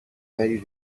very